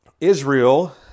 Israel